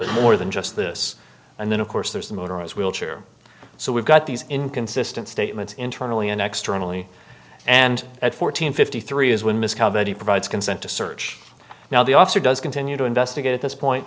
bit more than just this and then of course there's a motorized wheelchair so we've got these inconsistent statements internally and externally and at fourteen fifty three is when miscavige he provides consent to search now the officer does continue to investigate at this point